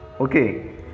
okay